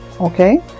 okay